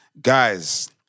Guys